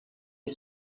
est